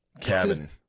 cabin